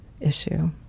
issue